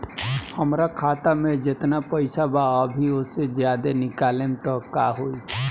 हमरा खाता मे जेतना पईसा बा अभीओसे ज्यादा निकालेम त का होई?